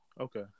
Okay